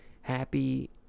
happy